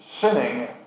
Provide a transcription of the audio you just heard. sinning